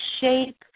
shape